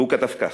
והוא כתב כך: